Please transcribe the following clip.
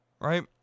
Right